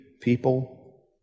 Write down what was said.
people